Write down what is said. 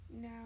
Now